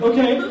Okay